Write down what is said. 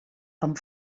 amb